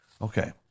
Okay